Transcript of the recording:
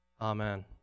Amen